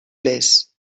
les